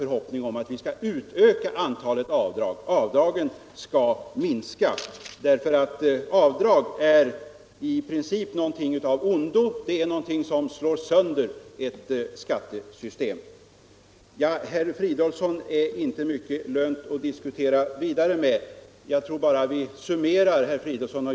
Avdragen skall i stället minska, för avdragen är i princip någonting av ondo, som slår sönder ett skattesystem. Det är icke mycket lönt att diskutera vidare med herr Fridolfsson.